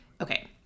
okay